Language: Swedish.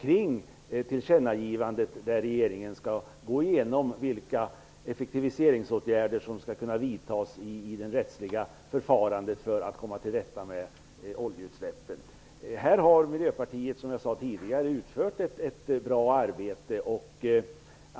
kring det tillkännagivande där regeringen skall gå igenom vilka effektiviseringsåtgärder som skall kunna vidtas i det rättsliga förfarandet för att man skall kunna komma till rätta med oljeutsläppen. Här har Miljöpartiet, som jag sade tidigare, utfört ett bra arbete.